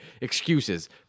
excuses